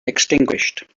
extinguished